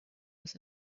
was